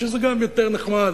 שזה גם יותר נחמד.